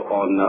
on